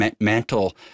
mental